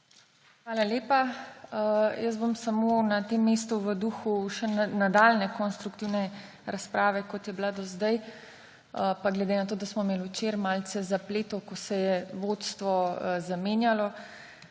Hvala lepa. Na tem mestu bom v duhu še nadaljnje konstruktivne razprave, kot je bila do zdaj, pa glede na to, da smo imeli včeraj malce zapletov, ko se je vodstvo zamenjalo,